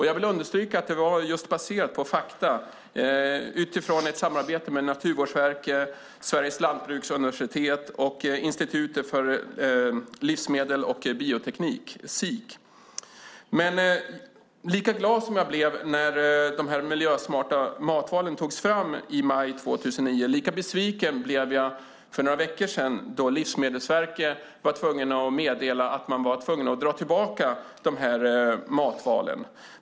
Jag vill understryka att det just var baserat på fakta utifrån ett samarbete med Naturvårdsverket, Sveriges lantbruksuniversitet och Institutet för Livsmedel och Bioteknik, SIK. Lika glad som jag blev när de miljösmarta matvalen togs fram i maj 2009 lika besviken blev jag för några veckor sedan då Livsmedelsverket meddelade att man var tvungen att dra tillbaka matvalen.